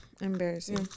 embarrassing